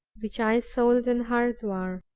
which i sold in hurdwar.